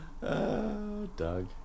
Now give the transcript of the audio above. Doug